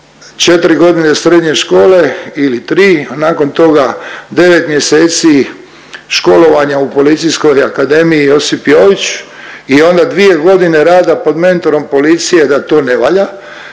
četri godine srednje škole ili tri, a nakon toga devet mjeseci školovanja u Policijskoj akademiji Josip Jović i onda dvije godine rada pod mentorom policije da to ne valja